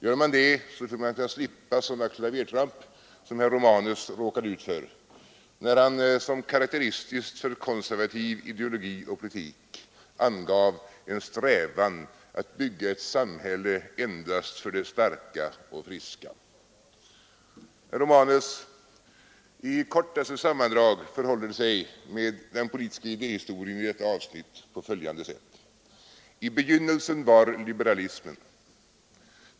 Gör man det, tror jag att man kan slippa sådana klavertramp som herr Romanus råkade ut för när han som karakteristiskt för konservativ ideologi och politik angav en strävan att bygga ett samhälle endast för de starka och friska. Herr Romanus! I kortaste sammandrag förhåller det sig med den politiska idéhistorien i detta avsnitt på följande sätt: I begynnelsen var en liberalism.